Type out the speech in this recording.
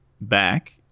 back